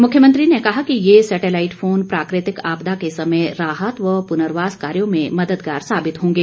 मुख्यमंत्री ने कहा कि ये सैटेलाईट फोन प्राकृतिक आपदा के समय राहत व पुर्नवास कार्यों में मददगार साबित होंगे